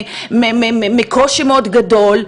מקושי מאוד גדול,